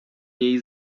niej